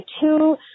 two